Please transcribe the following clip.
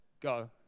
go